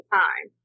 time